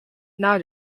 now